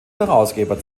herausgeber